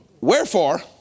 Wherefore